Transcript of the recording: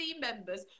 members